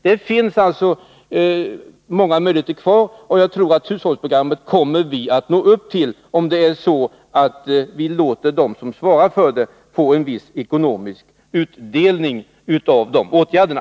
Det finns alltså många möjligheter kvar, och jag tror att vi kommer att uppnå hushållningsprogrammets mål, om vi låter dem som svarar för programmet få en viss ekonomisk utdelning av åtgärderna.